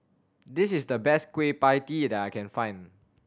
this is the best Kueh Pie Tee that I can find